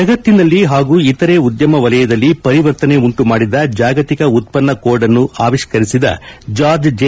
ಜಗತ್ತಿನಲ್ಲಿ ಹಾಗೂ ಇತರೆ ಉದ್ಯಮ ವಲಯದಲ್ಲಿ ಪರಿವರ್ತನೆ ಉಂಟುಮಾಡಿದ ಜಾಗತಿಕ ಉತ್ಪನ್ನ ಕೋಡ್ಅನ್ನು ಆವಿಷ್ಕರಿಸಿದ ಜಾರ್ಜ್ ಜೆ